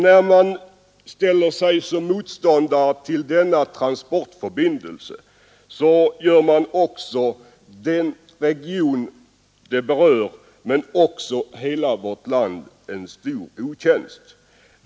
När man ställer sig som motståndare till denna transportförbindelse gör man den region som berörs men också hela vårt land en stor otjänst.